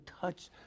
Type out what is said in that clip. touch